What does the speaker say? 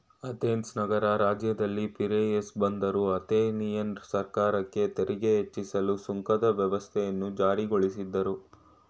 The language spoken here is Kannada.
ಅಥೆನ್ಸ್ ನಗರ ರಾಜ್ಯದಲ್ಲಿ ಪಿರೇಯಸ್ ಬಂದರು ಅಥೆನಿಯನ್ ಸರ್ಕಾರಕ್ಕೆ ತೆರಿಗೆ ಹೆಚ್ಚಿಸಲು ಸುಂಕದ ವ್ಯವಸ್ಥೆಯನ್ನು ಜಾರಿಗೊಳಿಸಿದ್ರು